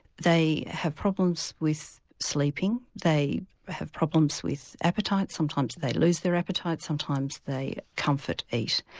they have problems with sleeping they have problems with appetite, sometimes they lose their appetite, sometimes they comfort eat.